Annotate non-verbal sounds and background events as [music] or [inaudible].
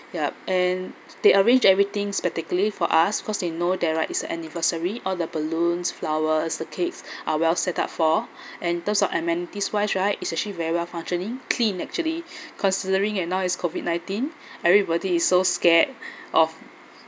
yup and they arrange everything spectacularly for us cause they know there are is anniversary all the balloons flowers the cakes [breath] are well set up for [breath] and those of amenities wise right is actually very well functioning clean actually [breath] considering and now is COVID nineteen [breath] everybody is so scared [breath] of